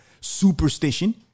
superstition